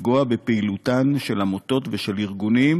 לפגוע בפעילותם של עמותות ושל ארגונים